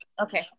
Okay